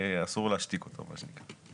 אסור לו להשתיק אותו.